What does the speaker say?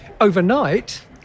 Overnight